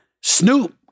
Snoop